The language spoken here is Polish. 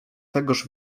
tegoż